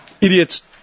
idiots